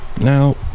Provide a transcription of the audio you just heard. Now